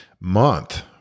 month